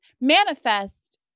manifest